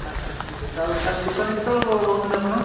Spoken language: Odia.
ଆଚ୍ଛା ଠିକ୍ ଅଛି ଆଉ କାଲି ଦୋକାନରେ କେତେବେଳେ ରହୁଛନ୍ତି ଆପଣ